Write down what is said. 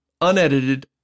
unedited